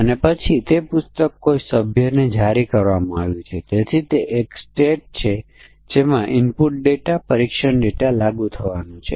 અને ત્યાં તાર્કિક અભિવ્યક્તિમાં ભૂલ હોય શકે છે ઓછી બરાબર ના કરતાં ઓછી વધુ વગેરેમાં સંભવિત મૂંઝવણ હોવાની સંભાવના છે